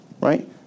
right